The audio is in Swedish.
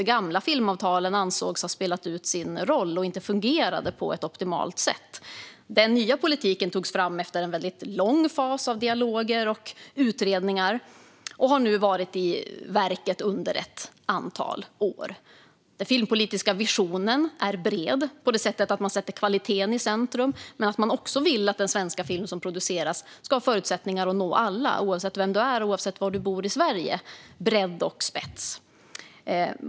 De gamla filmavtalen ansågs ha spelat ut sin roll och inte fungera på ett optimalt sätt. Den nya politiken togs fram efter en lång fas av dialoger och utredningar och har nu varit i kraft under ett antal år. Den filmpolitiska visionen är bred såtillvida att man sätter kvaliteten i centrum men också vill att den svenska film som produceras ska ha förutsättningar att nå alla, oavsett vem man är och var man bor i Sverige - bredd och spets.